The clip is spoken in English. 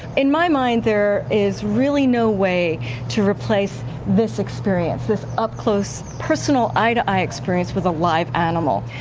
in my mind, there is really no way to replace this experience, this up close, personal, eye-to-eye experience with a live animal.